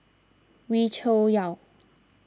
Wee Cho Yaw